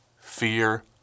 fear